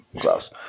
close